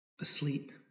asleep